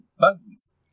buggies